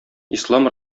ислам